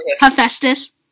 Hephaestus